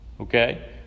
Okay